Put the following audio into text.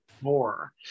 more